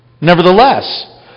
Nevertheless